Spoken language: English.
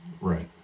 Right